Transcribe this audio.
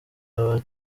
aba